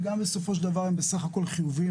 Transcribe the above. וגם בסופו של דבר הם בסך הכל חיוביים,